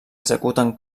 executen